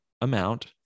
amount